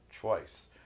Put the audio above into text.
twice